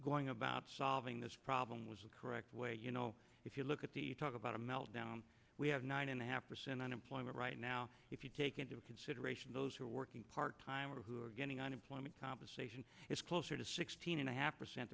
going about solving this problem was the correct way you know if you look at the talk about a meltdown we have nine and a half percent unemployment right now if you take into consideration those who are working part time getting unemployment compensation it's closer to sixteen and a half percent